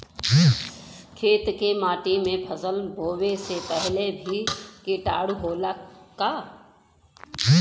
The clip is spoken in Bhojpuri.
खेत के माटी मे फसल बोवे से पहिले भी किटाणु होला का?